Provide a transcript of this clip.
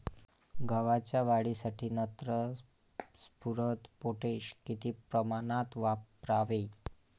गव्हाच्या वाढीसाठी नत्र, स्फुरद, पोटॅश किती प्रमाणात वापरावे?